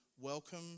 welcome